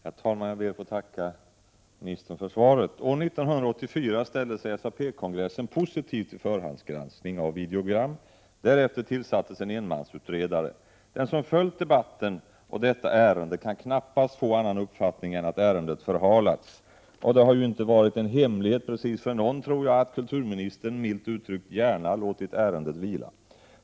Herr talman! Jag ber att få tacka ministern för svaret. År 1984 ställde sig SAP-kongressen positiv till förhandsgranskning av videogram. Därefter tillsattes en enmansutredare. Den som följt debatten i detta ärende kan knappast få annan uppfattning än att ärendet förhalats. Det har inte varit någon hemlighet precis att kulturministern milt uttryckt gärna låtit ärendet vila.